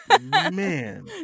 man